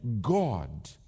God